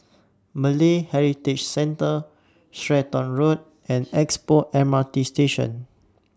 Malay Heritage Centre Stratton Road and Expo M R T Station